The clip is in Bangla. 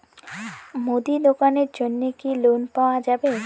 মুদি দোকানের জন্যে কি লোন পাওয়া যাবে?